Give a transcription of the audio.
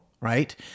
right